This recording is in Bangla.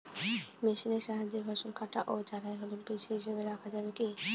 মেশিনের সাহায্যে ফসল কাটা ও ঝাড়াই হলে বীজ হিসাবে রাখা যাবে কি?